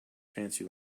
fancy